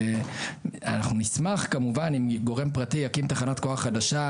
אנחנו נשמח כמובן אם גורם פרטי יקים תחנת כוח חדשה,